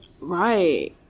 Right